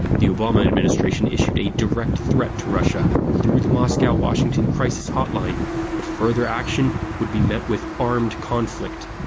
the obama administration issued a direct threat to russia through the moscow washington crisis hotline that further action would be met with armed conflict.